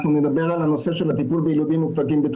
אנחנו גם יכולים להגיד שכל הילודים שנולדו